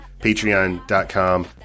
patreon.com